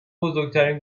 بزرگترین